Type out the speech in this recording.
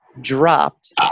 dropped